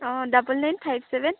অঁ double nine five seven